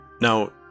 Now